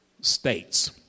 states